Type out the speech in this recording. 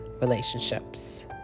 relationships